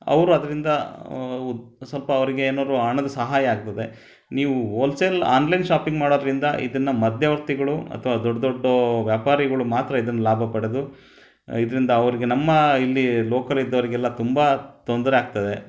ಅವರು ಅದರಿಂದ ಸ್ವಲ್ಪ ಅವ್ರಿಗೇನಾದ್ರೂ ಹಣದ ಸಹಾಯ ಆಗ್ತದೆ ನೀವು ಹೋಲ್ಸೆಲ್ ಆನ್ಲೈನ್ ಶಾಪಿಂಗ್ ಮಾಡೋದರಿಂದ ಇದನ್ನು ಮಧ್ಯವರ್ತಿಗಳು ಅಥವಾ ದೊಡ್ಡ ದೊಡ್ಡ ವ್ಯಾಪಾರಿಗಳು ಮಾತ್ರ ಇದನ್ನ ಲಾಭ ಪಡೆದು ಇದರಿಂದ ಅವ್ರಿಗೆ ನಮ್ಮ ಇಲ್ಲಿ ಲೋಕಲ್ ಇದ್ದವರಿಗೆಲ್ಲ ತುಂಬ ತೊಂದರೆ ಆಗ್ತದೆ